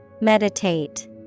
meditate